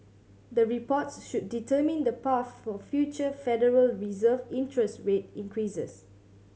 the reports should determine the path for future Federal Reserve interest rate increases